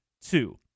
two